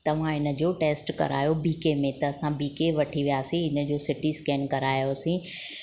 त मां हिनजो टैस्ट करायो बी के में त असां बी के वठी वियासीं हिन जो सी टी स्कैन करायोसी